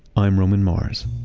i'm roman mars